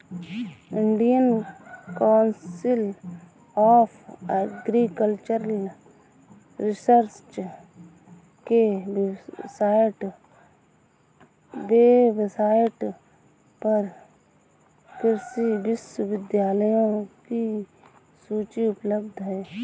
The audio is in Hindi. Indian council of agricultural research के वेबसाइट पर कृषि विश्वविद्यालयों की सूची उपलब्ध है